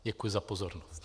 Děkuji za pozornost.